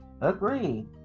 Agree